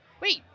wait